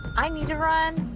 i need a run,